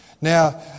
Now